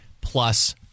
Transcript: plus